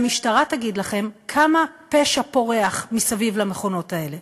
והמשטרה תגיד לכם כמה פשע פורח מסביב למכונות האלה.